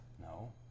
No